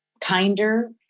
kinder